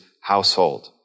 household